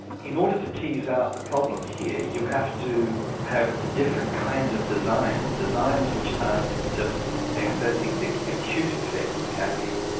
in order to tease out the problem here you have to have different kinds of designs, designs which aren't just assessing the acute effects of caffeine,